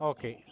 Okay